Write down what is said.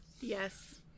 Yes